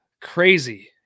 Crazy